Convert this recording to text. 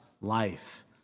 life